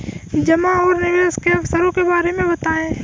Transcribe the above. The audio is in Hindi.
जमा और निवेश के अवसरों के बारे में बताएँ?